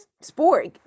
sport